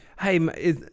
hey